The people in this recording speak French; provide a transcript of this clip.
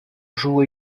joue